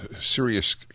serious